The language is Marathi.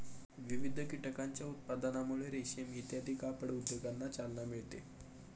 विविध कीटकांच्या उत्पादनामुळे रेशीम इत्यादी कापड उद्योगांना चालना मिळते